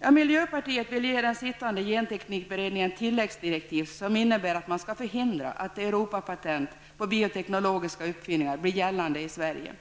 där. Miljöpartiet vill ge den sittande genteknikberedningen tilläggsdirektiv som innebär att man skall förhindra att europatent på bioteknologiska uppfinningar blir gällande i Sverige.